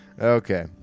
Okay